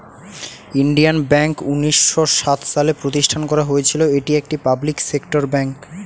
Indian Bank উনিশ শ সাত সালে প্রতিষ্ঠান করা হয়েছিল, এটি একটি পাবলিক সেক্টর বেঙ্ক